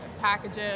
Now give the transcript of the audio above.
packages